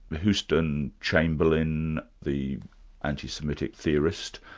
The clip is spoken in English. houston chamberlain, the anti-semitic theorist,